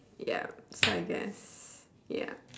ya so I guess ya